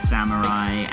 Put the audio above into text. Samurai